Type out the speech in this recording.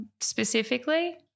specifically